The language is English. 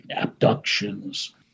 abductions